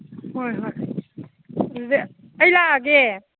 ꯍꯣꯏ ꯍꯣꯏ ꯑꯗꯨꯗꯤ ꯑꯩ ꯂꯥꯛꯑꯒꯦ